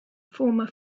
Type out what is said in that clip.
former